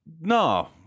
no